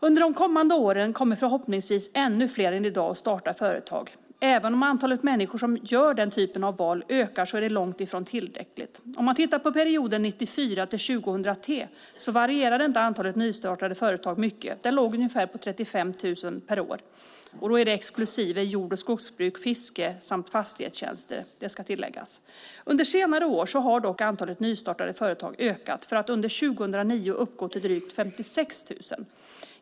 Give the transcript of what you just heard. Under de kommande åren kommer förhoppningsvis ännu fler än i dag att starta företag. Även om antalet människor som gör detta val ökar är det långt ifrån tillräckligt. Under perioden 1994-2003 varierade inte antalet nystartade företag mycket. Det låg ungefär på 35 000 per år exklusive jord och skogsbruk, fiske och fastighetstjänster. Under senare år har dock antalet nystartade företag ökat för att 2009 uppgå till drygt 56 000.